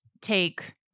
take